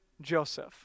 Joseph